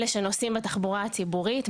אלה שנוסעים בתחבורה הציבורית,